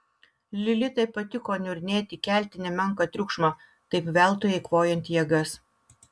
lilitai patiko niurnėti kelti nemenką triukšmą taip veltui eikvojant jėgas